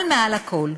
אבל מעל הכול,